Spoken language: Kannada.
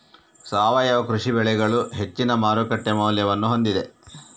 ಸಾವಯವ ಕೃಷಿ ಬೆಳೆಗಳು ಹೆಚ್ಚಿನ ಮಾರುಕಟ್ಟೆ ಮೌಲ್ಯವನ್ನು ಹೊಂದಿದೆ